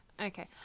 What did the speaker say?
Okay